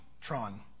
Tron